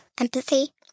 Empathy